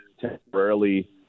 temporarily